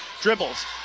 dribbles